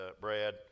Brad